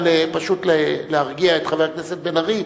פשוט כדי להרגיע את חבר הכנסת בן-ארי,